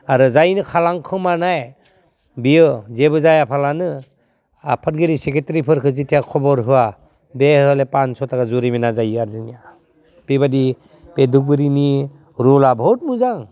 आरो जायनो खारलांखोमानाय बियो जेबो जायाफालानो आफादगिरि सेक्रेटारिफोरखो जितिया खबर होआ बे हले फान्स थाखा जुरिमाना जायो आरो जोंनिया बेबादि बे धुपगुरिनि रुला बहुद मोजां